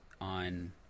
on